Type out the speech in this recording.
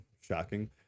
Shocking